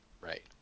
right